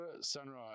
sunrise